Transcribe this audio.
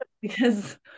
because-